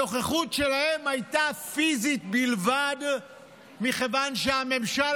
הנוכחות שלהם הייתה פיזית בלבד מכיוון שהממשל